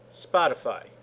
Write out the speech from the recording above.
Spotify